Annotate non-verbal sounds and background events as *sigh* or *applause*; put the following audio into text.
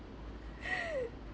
*laughs*